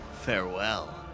Farewell